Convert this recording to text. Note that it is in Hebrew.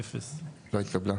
0 ההסתייגות לא התקבלה.